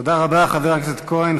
תודה רבה, חבר הכנסת כהן.